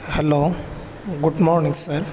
hello good morning sir